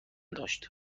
داشت